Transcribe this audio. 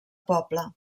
poble